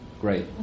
Great